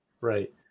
right